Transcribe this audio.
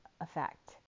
effect